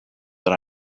that